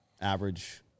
Average